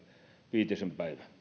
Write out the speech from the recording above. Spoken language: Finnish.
viitisen päivää